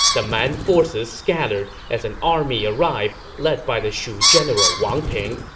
the man forces scattered as an army arrived, led by the shu general wang ping.